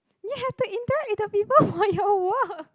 ya to interact with the people from your work